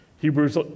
Hebrews